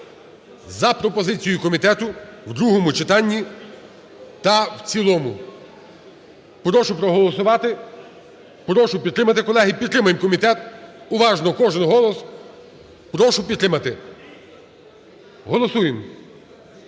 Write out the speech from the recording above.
за пропозицією комітету в другому читанні та в цілому. Прошу проголосувати, прошу підтримати, колеги. Підтримаємо комітет, уважно, кожен голос. Прошу підтримати. Голосуємо.